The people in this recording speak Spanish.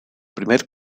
primer